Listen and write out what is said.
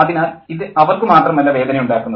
അതിനാൽ ഇത് അവർക്ക് മാത്രമല്ല വേദന ഉണ്ടാക്കുന്നത്